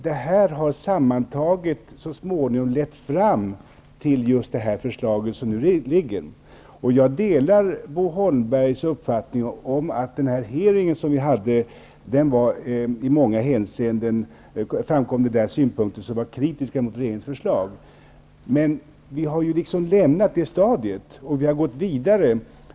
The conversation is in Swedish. Detta har sammantaget så småningom lett fram till just det förslag som nu ligger. Jag delar Bo Holmbergs uppfattning att det vid den hearing som vi hade i många avseenden framkom synpunkter som var kritiska mot regeringens förslag. Men vi har lämnat det stadiet, och vi har gått vidare.